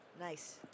Nice